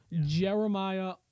Jeremiah